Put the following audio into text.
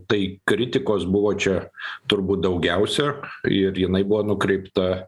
tai kritikos buvo čia turbūt daugiausia ir jinai buvo nukreipta